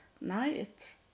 night